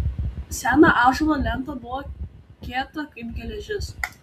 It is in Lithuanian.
sena ąžuolo lenta buvo kieta kaip geležis